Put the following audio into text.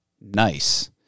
nice